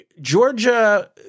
Georgia